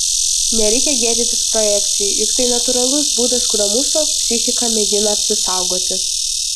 nereikia gėdintis projekcijų juk tai natūralus būdas kuriuo mūsų psichika mėgina apsisaugoti